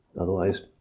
otherwise